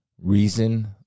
reason